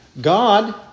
God